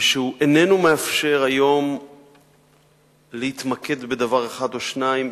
ושהוא איננו מאפשר היום להתמקד בדבר אחד או שניים,